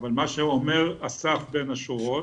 אבל מה שאומר אסף בין השורות,